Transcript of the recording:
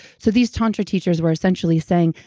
so these tantra teachers were essentially saying,